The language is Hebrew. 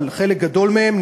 אבל חלק גדול מהם,